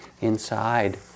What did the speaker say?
inside